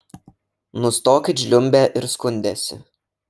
nustokit žliumbę ir skundęsi